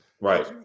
right